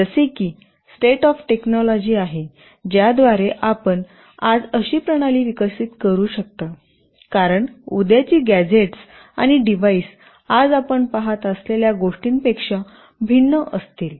जसे की state of technology आहे ज्या द्वारे आपण आज अशी प्रणाली विकसित करू शकता कारण उद्याची गॅझेट्स आणि डिव्हाइस आज आपण पहात असलेल्या गोष्टींपेक्षा भिन्न असतील